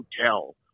hotel